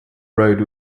road